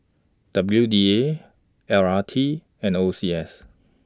W D A L R T and O C S